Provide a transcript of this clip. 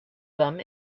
them